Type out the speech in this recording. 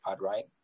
right